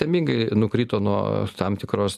temingai nukrito nuo tam tikros